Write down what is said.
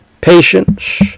patience